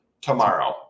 tomorrow